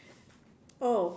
oh